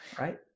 Right